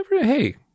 hey